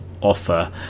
offer